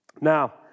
Now